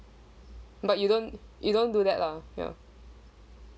but you don't you don't do that lah ya